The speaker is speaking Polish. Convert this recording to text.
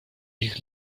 ich